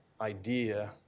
idea